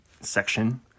section